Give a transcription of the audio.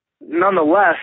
nonetheless